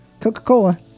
coca-cola